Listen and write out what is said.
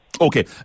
Okay